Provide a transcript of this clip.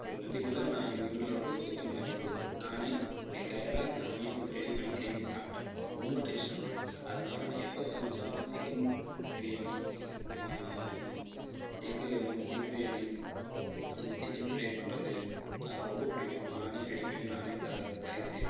ஒரு நம்பிக்கையில் நான் எங்கள் வீட்டில் வந்து சிக்கன் வாங்கி வந்து நானே என் கையால் நானே வந்து ரெடி பண்ணி செஞ்சு சாப்பிட்டேன் ரொம்ப டேஸ்ட்டாக இருந்தது அதனால் நான் எப்போ சமைச்சாலும் chicken biryani egg egg biryani இந்த சிக்கன் ஃப்ரை பண்ணுறது அது ரொம்ப புடிக்கும் அதை நானே ரெடி பண்ணி நானே த தயார் செய்வேன்